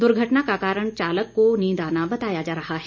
दुर्घटना का कारण चालक को नींद आना बताया जा रहा है